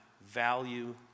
value